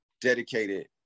dedicated